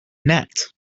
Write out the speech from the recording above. net